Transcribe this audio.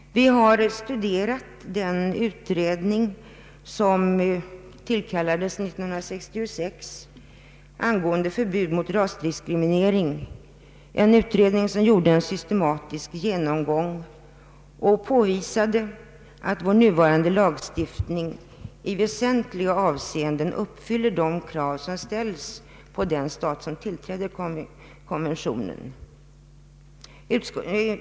Vi har studerat den utredning som tillkallades 1966 angående förbud mot rasdiskriminering, en utredning som gjorde en systematisk genomgång och påvisade att vår nuvarande lagstiftning i väsentliga avseenden uppfyller de krav som ställs på den stat som biträder konventionen.